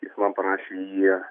jis man parašė į